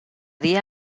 dia